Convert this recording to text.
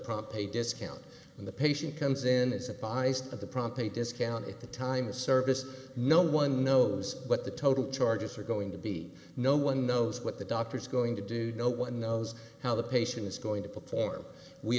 prompt a discount when the patient comes in isn't biased at the prompt a discount at the time of service no one knows what the total charges are going to be no one knows what the doctor is going to do no one knows how the patient is going to perform we